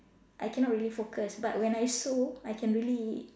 I cannot really focus but when I sew I can really